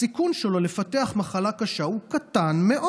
הסיכון שלו לפתח מחלה קשה הוא קטן מאוד.